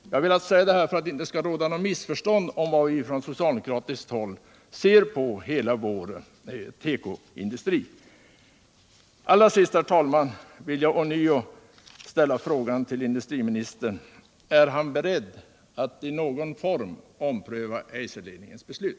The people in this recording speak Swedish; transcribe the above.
Jag har velat säga deta för att det inte skall råda något missförstånd om hur vi från socialdemokratiskt håll ser på hela vår tekoindustri. Allra sist, herr talman, vill jag ånyo ställa frågan till herr Åsling: Är industriministern beredd att i någon form ompröva Eiserledningens beslut?